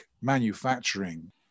manufacturing